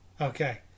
Okay